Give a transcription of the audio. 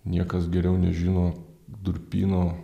niekas geriau nežino durpyno